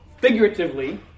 figuratively